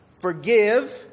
Forgive